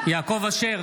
(קורא בשם